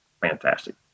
Fantastic